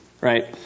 right